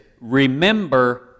remember